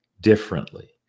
differently